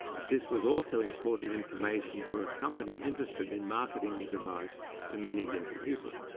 this was also important information for a company interested in marketing the device to many deaf people.